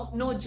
no